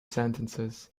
sentences